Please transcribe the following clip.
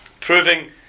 Proving